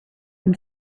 them